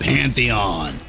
Pantheon